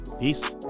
Peace